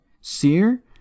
Seer